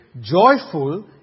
joyful